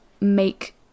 make